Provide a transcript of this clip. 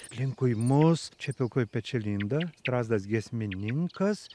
aplinkui mus čia pilkoji pečialinda strazdas giesmininkas